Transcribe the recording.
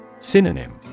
Synonym